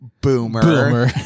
boomer